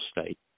state